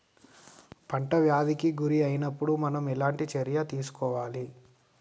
పంట వ్యాధి కి గురి అయినపుడు మనం ఎలాంటి చర్య తీసుకోవాలి?